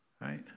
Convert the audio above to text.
right